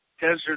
Desert